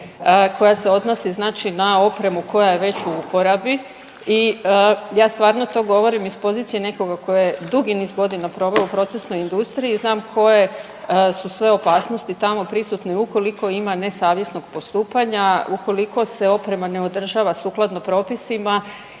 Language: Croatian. koja se odnosi znači na opremu koja je već u uporabu. I ja stvarno to govorim iz pozicije nekoga tko je dugi niz godina proveo u procesnoj industriji. Znamo koje su sve opasnosti tamo prisutne ukoliko ima nesavjesnog postupanja, ukoliko se oprema ne održava sukladno propisima.